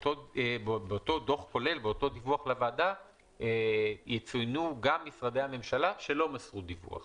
ובאותו דיווח לוועדה יצוינו גם משרדי הממשלה שלא מסרו דיווח.